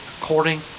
According